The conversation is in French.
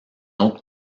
autre